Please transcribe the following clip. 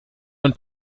und